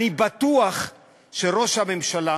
אני בטוח שראש הממשלה